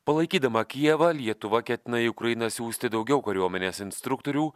palaikydama kijevą lietuva ketina į ukrainą siųsti daugiau kariuomenės instruktorių